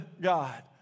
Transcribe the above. God